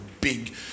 big